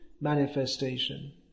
manifestation